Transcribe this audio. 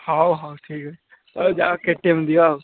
ହଉ ହଉ ଠିକ୍ ଅଛି ହଉ ଯାଅ କେ ଟି ଏମ୍ ଦିଅ ଆଉ